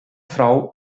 frau